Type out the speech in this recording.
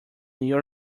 your